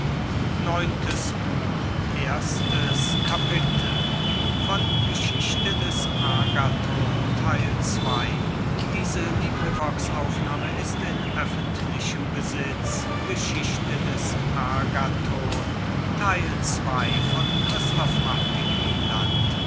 kapitel schwärmerei des agathon